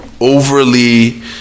overly